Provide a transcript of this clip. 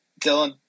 dylan